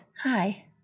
Hi